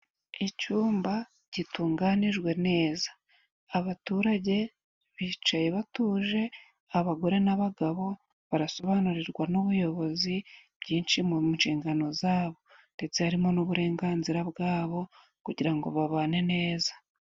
Icyumba gitunganijwe neza abaturage bicaye batuje abagore n'abagabo barasobanurirwa n'ubuyobozi byinshi mu nshingano zabo, ndetse harimo n'uburenganzira bwabo kugira ngo babane neza.